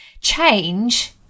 change